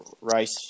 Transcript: race